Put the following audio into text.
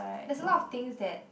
there's a lot of things that